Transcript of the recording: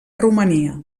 romania